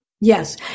Yes